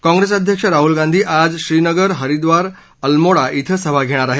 काँप्रेस अध्यक्ष राहुल गांधी आज श्रीनगर हरिद्वार अल्मोडा इं सभा घेणार आहेत